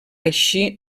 així